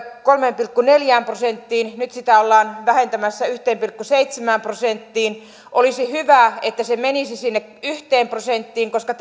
kolmeen pilkku neljään prosenttiin nyt sitä ollaan vähentämässä yhteen pilkku seitsemään prosenttiin olisi hyvä että se menisi sinne yhteen prosenttiin koska